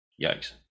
Yikes